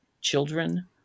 children